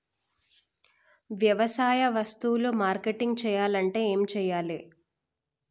వ్యవసాయ వస్తువులు మార్కెటింగ్ చెయ్యాలంటే ఏం చెయ్యాలే?